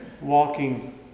walking